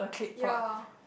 ya